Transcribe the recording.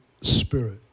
spirit